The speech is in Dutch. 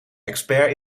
expert